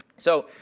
so,